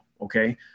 Okay